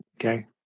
Okay